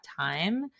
time